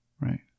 Right